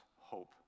hope